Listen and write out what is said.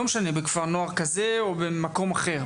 לא משנה בכפר נוער כזה או במקום אחר,